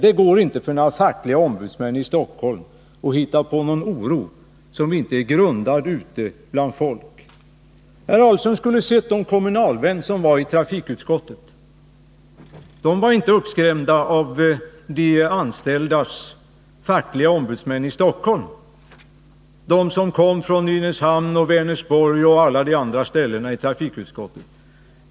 Det går inte för några fackliga ombudsmän i Stockholm att hitta på + någon oro som inte är grundad ute bland folk. Herr Adelsohn skulle ha sett de kommunalmän som besökte trafikutskottet. De var inte uppskrämda av de anställdas fackliga ombudsmän i Stockholm — de som kom från Nynäshamn, Vänersborg och alla de andra ställena.